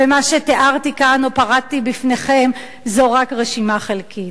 מה שתיארתי כאן או פירטתי בפניכם זו רק רשימה חלקית.